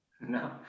No